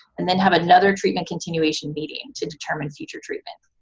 and then have another treatment continuation meeting to determine future treatment.